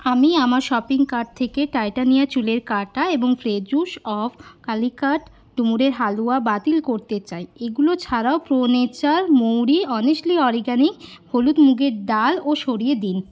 আমি আমার shopping cart থেকে টাইট্যানিয়া চুলের কাঁটা এবং ফ্লেভার্স অফ কালিকাট ডুমুরের হালুয়া বাতিল করতে চাই এগুলো ছাড়াও প্রো নেচার মৌরি অনেস্টলি অর্গ্যানিক হলুদ মুগের ডালও সরিয়ে দিন